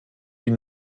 die